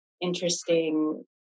interesting